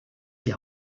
die